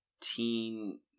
teen